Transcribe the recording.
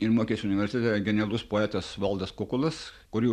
ir mokėsi universitete genialus poetas valdas kukulas kurį